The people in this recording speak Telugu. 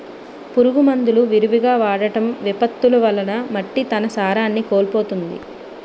పురుగు మందులు విరివిగా వాడటం, విపత్తులు వలన మట్టి తన సారాన్ని కోల్పోతుంది